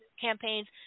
campaigns